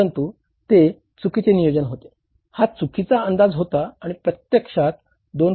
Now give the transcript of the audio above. परंतु ते चुकीचे नियोजन होते हा चुकीचा अंदाज होता आणि प्रत्यक्षात 2